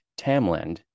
Tamland